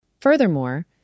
Furthermore